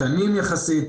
קטנים יחסית,